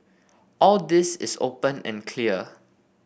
all this is open and clear